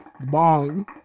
Bong